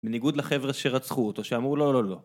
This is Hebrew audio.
בניגוד לחבר'ה שרצחו אותו שאמרו לא לא לא